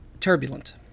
turbulent